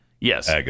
yes